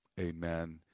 amen